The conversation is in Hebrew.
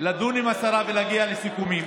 לדון עם השרה ולהגיע לסיכומים.